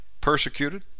Persecuted